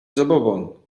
zabobon